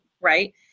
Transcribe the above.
Right